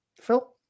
Phil